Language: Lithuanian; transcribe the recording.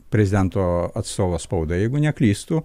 prezidento atstovas spaudai jeigu neklystu